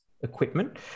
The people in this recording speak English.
equipment